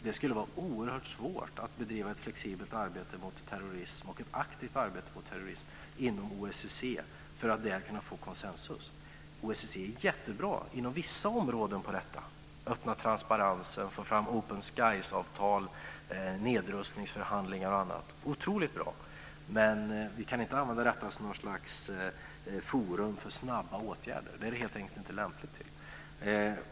Det skulle vara oerhört svårt att bedriva ett flexibelt och aktivt arbete mot terrorism inom OSSE och där kunna få konsensus. OSSE är mycket bra inom vissa områden. Det handlar om att öppna transparensen, få fram Open OSSE är otroligt bra på det. Men vi kan inte använda det som något slags forum för snabba åtgärder. Det är det helt enkelt inte lämpat till.